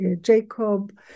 Jacob